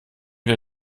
wir